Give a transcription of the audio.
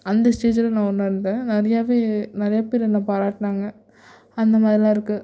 அந்த ஸ்டேஜில் நான் உணர்ந்தேன் நிறையாவே நிறையா பேர் என்ன பாராட்டினாங்க அந்த மாதிரிலாம் இருக்குது